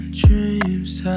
dreams